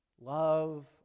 Love